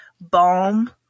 balm